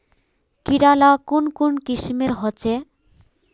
कीड़ा ला कुन कुन किस्मेर होचए?